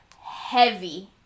heavy